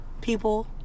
people